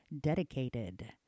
dedicated